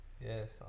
yes